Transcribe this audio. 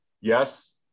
Yes